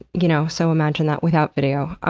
you know so imagine that without video.